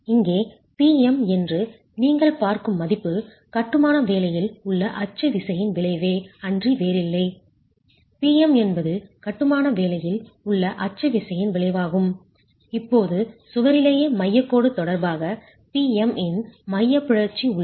இங்கே P M என்று நீங்கள் பார்க்கும் மதிப்பு கட்டுமானவேலையில் உள்ள அச்சு விசையின் விளைவே அன்றி வேறில்லை P M என்பது கட்டுமான வேலையில் உள்ள அச்சு விசையின் விளைவாகும் இப்போது சுவரிலேயே மையக் கோடு தொடர்பாக Pm இன் eccentricity மைய பிறழ்ச்சி உள்ளது